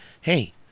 hey